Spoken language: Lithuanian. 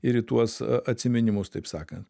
ir į tuos atsiminimus taip sakant